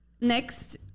next